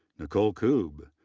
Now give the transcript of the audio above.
nicole koob,